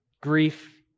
Grief